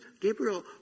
Gabriel